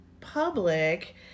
public